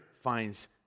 finds